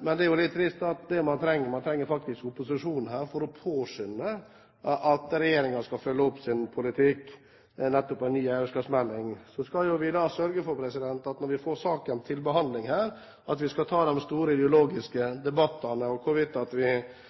Men det er jo litt trist at man faktisk trenger opposisjonen for å påskynde at regjeringen skal følge opp sin politikk med en ny eierskapsmelding. Vi skal sørge for at når vi får saken til behandling her, skal vi ta de store ideologiske debattene om hvor vi skal være deltakere eller ikke. Det er helt åpenbart at undertegnede og representanten Heggø er uenige om hvorvidt